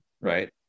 right